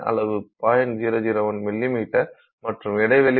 001 மிமீ மற்றும் இடைவெளி 0